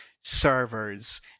servers